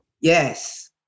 Yes